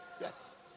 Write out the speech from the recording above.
Yes